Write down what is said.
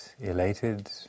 elated